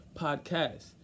Podcast